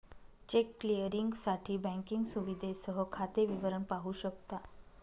check क्लिअरिंगसाठी banking सुविधेसह खाते विवरण पाहू शकता